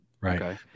Right